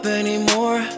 anymore